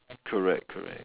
correct correct